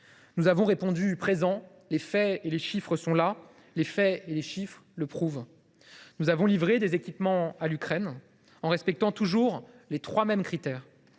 Nous avons répondu présent. Les faits et les chiffres sont là qui le prouvent. Nous avons livré des équipements à l’Ukraine en respectant toujours les trois mêmes critères